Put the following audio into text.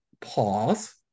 pause